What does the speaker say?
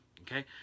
Okay